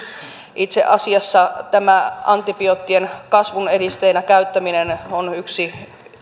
itse asiassa tämä antibioottien kasvun edisteenä käyttäminen on yksi